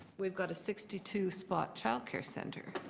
we've got a sixty two spot child care centre,